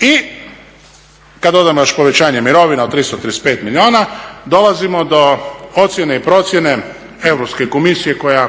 I kad dodamo još povećanje mirovina od 335 milijuna dolazimo do ocjene i procjene Europske komisije koja